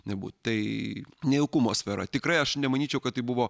nebūt tai nejaukumo sfera tikrai aš nemanyčiau kad tai buvo